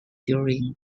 during